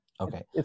Okay